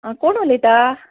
आं कोण उलयता